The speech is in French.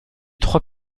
trois